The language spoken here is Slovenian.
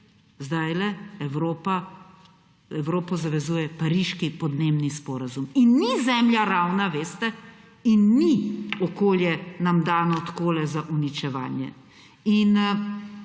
sedajle Evropo zavezuje Pariški podnebni sporazum. In ni Zemlja ravna, veste, in ni okolje nam dano takole, za uničevanje.